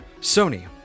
Sony